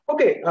Okay